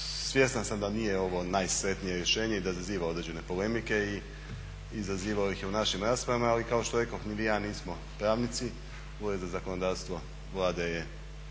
svjestan sam da nije ovo najsretnije rješenje i da izaziva određene polemike i izazivao ih je u našim raspravama. Ali kao što rekoh, ni vi ni ja nismo pravnici. Ured za zakonodavstvo Vlade je